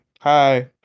Hi